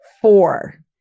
four